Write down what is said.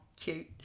cute